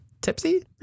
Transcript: tipsy